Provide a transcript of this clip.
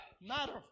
Matter